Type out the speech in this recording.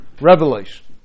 Revelation